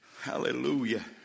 Hallelujah